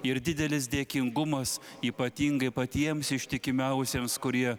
ir didelis dėkingumas ypatingai patiems ištikimiausiems kurie